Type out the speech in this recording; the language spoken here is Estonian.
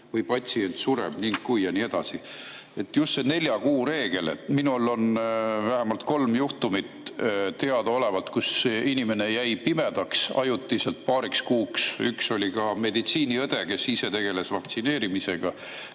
või patsient sureb ning kui [...]" Ja nii edasi. Just see nelja kuu reegel. Minul on vähemalt kolm teadaolevat juhtumit, kus inimene jäi pimedaks ajutiselt, paariks kuuks, üks oli ka meditsiiniõde, kes ise tegeles vaktsineerimisega.